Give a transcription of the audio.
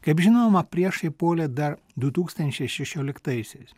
kaip žinoma priešai puolė dar du tūkstančiai šešioliktaisiais